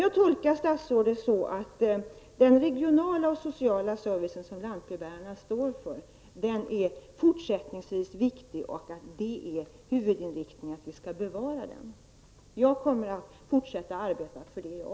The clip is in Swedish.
Jag tolkar statsrådet så att den regionala och sociala servicen som lantbrevbärarna står för är viktig även i fortsättningen. Huvudinriktningen bör vara att servicen skall bevaras. Också jag kommer att fortsätta att arbeta för detta.